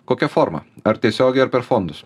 kokia forma ar tiesiogiai ar per fondus